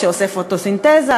שעושה פוטוסינתזה,